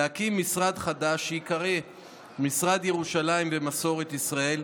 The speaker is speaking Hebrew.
להקים משרד חדש שייקרא משרד ירושלים ומסורת ישראל,